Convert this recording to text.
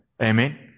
Amen